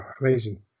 amazing